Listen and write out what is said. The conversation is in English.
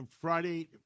Friday